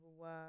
work